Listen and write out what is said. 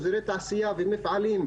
אזורי תעשייה ומפעלים,